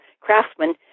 craftsmen